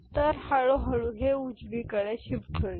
तर हळूहळू हे उजवीकडे शिफ्ट होईल